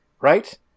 right